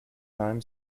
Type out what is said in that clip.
time